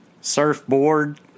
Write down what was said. Surfboard